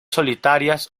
solitarias